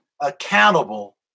accountable